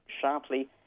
sharply